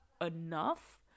enough